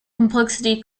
complexity